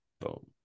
Boom